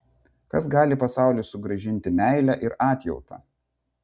kas gali pasauliui sugrąžinti meilę ir atjautą